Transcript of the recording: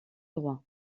droit